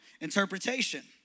interpretation